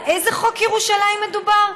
על איזה חוק ירושלים מדובר?